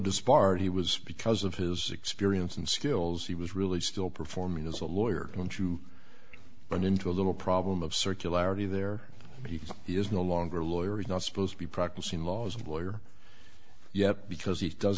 disbarred he was because of his experience and skills he was really still performing as a lawyer going to run into a little problem of circularity there he is no longer a lawyer is not supposed to be practicing law as a lawyer yet because he does